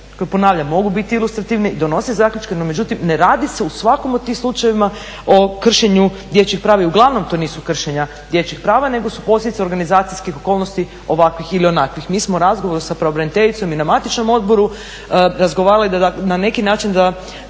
koje ponavljam mogu biti ilustrativne i donositi zaključke no međutim ne radi se u svakom od tih slučajeva o kršenju dječjih prava. I uglavnom to nisu kršenja dječjih prava nego su posljedice organizacijskih okolnosti ovakvih ili onakvih. Mi smo u razgovoru sa pravobraniteljicom i na matičnom odboru razgovarali da na neki način kroz